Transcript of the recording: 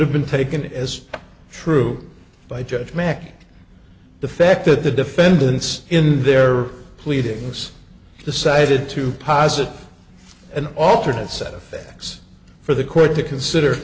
have been taken as true by judge mack the fact that the defendants in their pleadings decided to posit an alternate set of things for the court to consider